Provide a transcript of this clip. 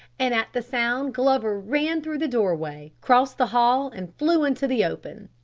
and at the sound glover ran through the doorway, crossed the hall and flew into the open.